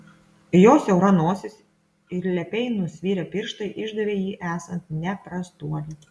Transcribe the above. jo siaura nosis ir lepiai nusvirę pirštai išdavė jį esant ne prastuoli